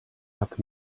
hat